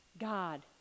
God